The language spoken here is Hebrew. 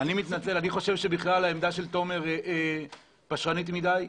אני חושב שהעמדה של תומר פשרנית מדי.